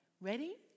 Ready